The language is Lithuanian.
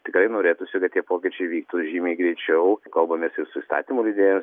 tikrai norėtųsi kad tie pokyčiai vyktų žymiai greičiau kalbamės ir su įstatymų leidėjais